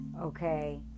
okay